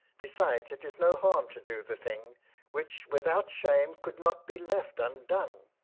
besides, it is no harm to do the thing which without shame could not be left undone.